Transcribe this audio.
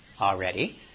already